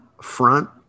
front